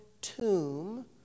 tomb